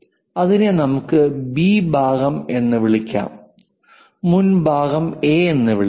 അതിനെ നമുക്ക് ബി ഭാഗം എന്ന് വിളിക്കാം മുൻഭാഗം എ എന്ന് വിളിക്കാം